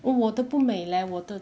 oh 我的不美 leh 我的